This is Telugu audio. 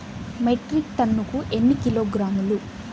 మెట్రిక్ టన్నుకు ఎన్ని కిలోగ్రాములు?